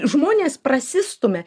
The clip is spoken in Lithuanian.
žmonės prasistumia